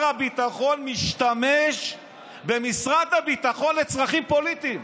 הביטחון משתמש במשרד הביטחון לצרכים פוליטיים.